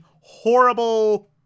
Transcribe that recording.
horrible